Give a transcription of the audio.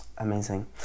amazing